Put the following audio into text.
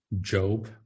Job